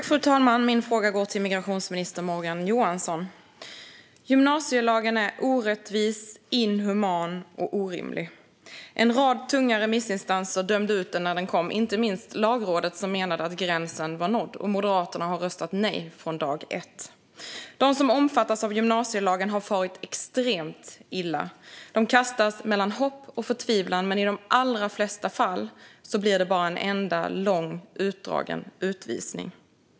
Fru talman! Min fråga går till migrationsminister Morgan Johansson. Gymnasielagen är orättvis, inhuman och orimlig. En rad tunga remissinstanser dömde ut den när den kom, inte minst Lagrådet, som menade att gränsen var nådd. Moderaterna har röstat nej från dag ett. De som omfattas av gymnasielagen har farit extremt illa. De kastas mellan hopp och förtvivlan, men i de allra flesta fall blir det bara en enda lång, utdragen utvisning.